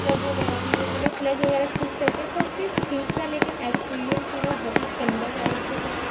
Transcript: plug وغیرہ بھی میں نے پلگ وغیرہ اچھے سے چیک کیا سب چیز ٹھیک تھا لیکن ایکسپیرئنس میرا بہت گندہ رہا اس کے ساتھ